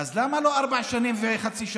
אז למה לא ארבע שנים וחצי?